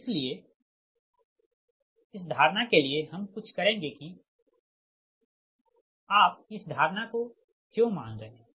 इसलिए इस धारणा के लिए हम कुछ करेंगे कि आप इस धारणा को क्यों मान रहे हैं